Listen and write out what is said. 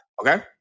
okay